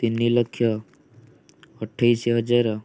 ତିନି ଲକ୍ଷ ଅଠେଇଶ ହଜାର